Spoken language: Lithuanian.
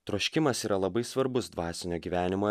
troškimas yra labai svarbus dvasinio gyvenimo